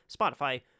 spotify